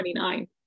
29